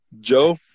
Joe